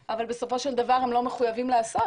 אבל בסופו של דבר הם לא מחויבים לעשות.